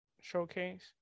showcase